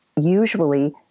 usually